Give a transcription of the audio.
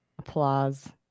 Applause